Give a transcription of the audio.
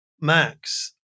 max